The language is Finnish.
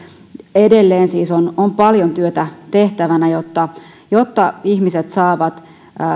edelleen siis on on paljon työtä tehtävänä jotta jotta ihmiset saavat palvelun